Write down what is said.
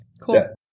cool